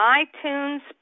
iTunes